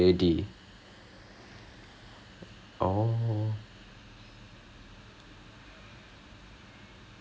they weren't under C_A_D this whole time this the first time they've been put under C_D_A so they're trying a lot of new new shit lah